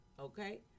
okay